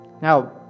Now